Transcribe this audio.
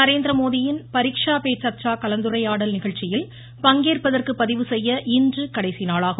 நரேந்திரமோடியின் பரிக்ஷா பே சர்ச்சா கலந்துரையாடல் நிகழ்ச்சியில் பங்கேற்பதற்கு பதிவுசெய்ய இன்று கடைசி நாளாகும்